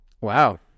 wow